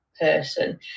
person